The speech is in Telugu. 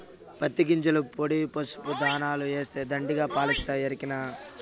పత్తి గింజల పొడి పసుపు దాణాల ఏస్తే దండిగా పాలిస్తాయి ఎరికనా